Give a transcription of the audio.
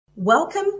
Welcome